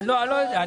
אני לא יודע.